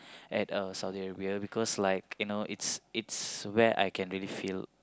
at uh Saudi-Arabia because like you know it's it's where I can really feel